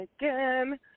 again